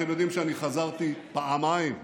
אתם יודעים שאני חזרתי פעמיים מהאופוזיציה,